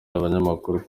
abanyamakuru